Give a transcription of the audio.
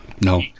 No